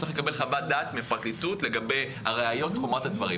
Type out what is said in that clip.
צריך לקבל חוות דעת מפרקליטות לגבי הראיות וחומרת הדברים.